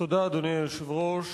אדוני היושב-ראש,